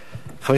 חבר הכנסת בילסקי,